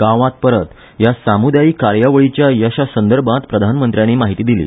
गावानी परत ह्या सामुदायीक कार्यावळीच्या यशा संदर्भांत प्रधानमंत्र्यानी माहिती दिली